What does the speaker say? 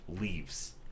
Leaves